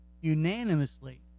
unanimously